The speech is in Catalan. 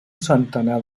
centenar